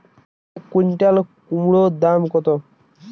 এক কুইন্টাল কুমোড় দাম কত?